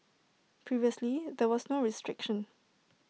previously there was no restriction